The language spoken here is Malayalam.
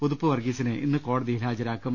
ഉതുപ്പ് വർഗീ സിനെ ഇന്ന് കോടതിയിൽ ഹാജരാക്കും